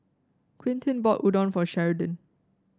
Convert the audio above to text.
Quintin bought Udon for Sheridan